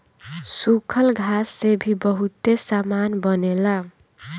सूखल घास से भी बहुते सामान बनेला